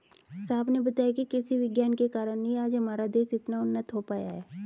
साहब ने बताया कि कृषि विज्ञान के कारण ही आज हमारा देश इतना उन्नत हो पाया है